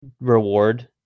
reward